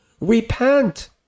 Repent